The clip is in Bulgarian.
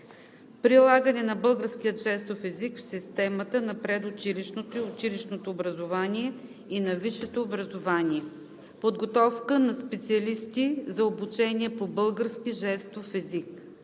прилагане на българския жестов език в системата на предучилищното и училищното образование и на висшето образование; - подготовка на специалисти за обучение по български жестов език;